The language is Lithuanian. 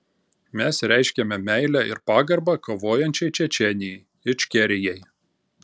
mes reiškiame meilę ir pagarbą kovojančiai čečėnijai ičkerijai